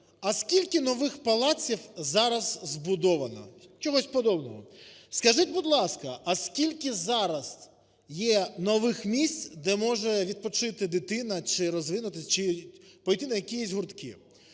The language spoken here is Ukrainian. А скільки нових палаців зараз збудовано, чогось подобного? Скажіть, будь ласка, а скільки зараз є нових місць, де може відпочити дитина чирозвинутись, чи піти на якісь гуртки?